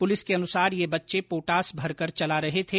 police के अनुसार ये बच्चे पोटास भरकर चला रहे थे